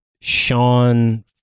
Sean